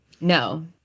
No